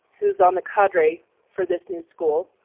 who's on the cadre for this new school?